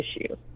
issue